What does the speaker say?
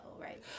right